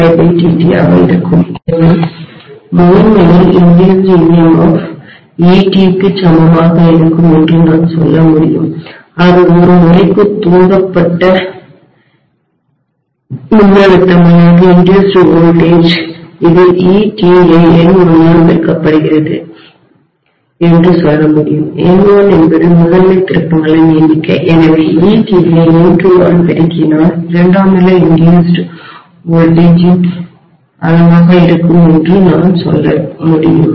ஆக இருக்கும் எனவே முதன்மையில் இன்டியூஸ்டு வோல்டேஜ் தூண்டப்பட்ட மின்னழுத்தம் ET க்கு சமமாக இருக்கும் என்று நான் சொல்ல முடியும் அது ஒரு முறைக்கு தூண்டப்பட்ட மின்னழுத்தம் இன்டியூஸ்டு வோல்டேஜ் இது ET ஐ N1 ஆல் பெருக்கப்படுகிறது என்று சொல்ல முடியும் N1 என்பது முதன்மைத் திருப்பங்களின் எண்ணிக்கை எனவே ET ஐ N2 ஆல் பெருக்கினால் இரண்டாம் நிலையில் இன்டியூஸ்டு வோல்டேஜின் தூண்டப்பட்ட மின்னழுத்தத்தின் அளவாக இருக்கும் என்று நான் சொல்ல முடியும்